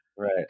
Right